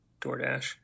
DoorDash